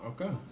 Okay